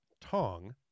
Tong